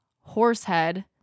Horsehead